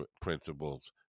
principles